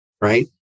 right